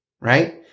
right